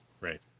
Right